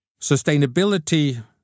Sustainability